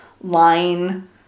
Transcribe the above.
line